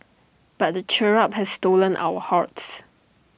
but the cherub has stolen our hearts